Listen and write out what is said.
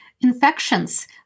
Infections